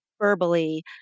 verbally